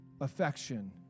affection